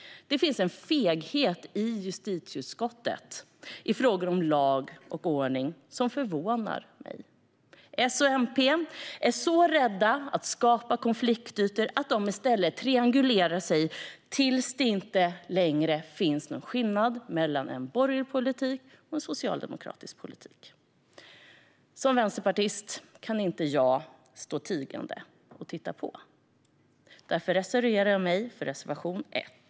Det finns i justitieutskottet en feghet i frågor om lag och ordning som förvånar mig. S och MP är så rädda att skapa konfliktytor att de i stället triangulerar tills det inte längre finns någon skillnad mellan en borgerlig politik och en socialdemokratisk politik. Som vänsterpartist kan jag inte stå tigande och titta på. Därför yrkar jag bifall till reservation 1.